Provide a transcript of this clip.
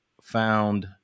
found